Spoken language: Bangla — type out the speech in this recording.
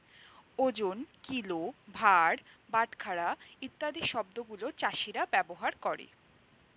ওজন, কিলো, ভার, বাটখারা ইত্যাদি শব্দ গুলো চাষীরা ব্যবহার করে